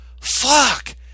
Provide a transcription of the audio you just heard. fuck